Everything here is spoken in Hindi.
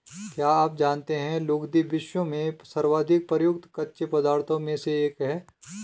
क्या आप जानते है लुगदी, विश्व में सर्वाधिक प्रयुक्त कच्चे पदार्थों में से एक है?